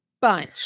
bunch